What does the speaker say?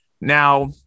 Now